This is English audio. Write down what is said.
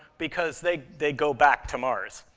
because they they go back to mars,